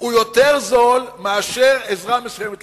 הוא יותר זול מאשר עזרה מסוימת למפעל.